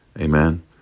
Amen